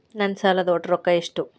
ನನ್ನ ಸಾಲದ ಒಟ್ಟ ರೊಕ್ಕ ಎಷ್ಟು?